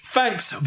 Thanks